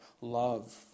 love